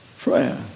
prayer